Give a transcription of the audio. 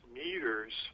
meters